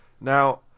Now